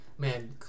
Man